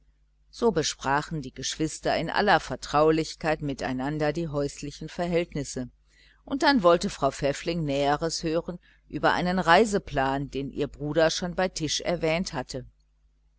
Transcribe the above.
so besprachen die geschwister in alter vertraulichkeit miteinander die häuslichen verhältnisse und dann wollte frau pfäffling näheres hören über einen reiseplan den ihr bruder schon bei tisch erwähnt hatte